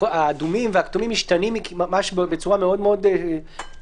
הרי האדומים והכתומים משתנים בצורה מאוד מהירה.